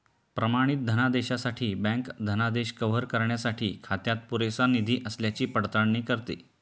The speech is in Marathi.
प्रमाणित धनादेशासाठी बँक धनादेश कव्हर करण्यासाठी खात्यात पुरेसा निधी असल्याची पडताळणी करते